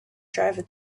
driver